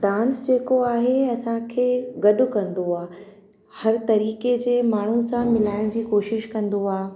dance जेको आहे असांखे गॾु कंदो आहे हर तरीक़े जे माण्हुनि सां मिलाइण जी कोशिशि कंदो आहे